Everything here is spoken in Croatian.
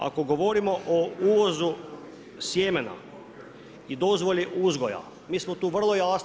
Ako govorimo o uvozu sjemena i dozvoli uzgoja mi smo tu vrlo jasni.